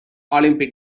olympic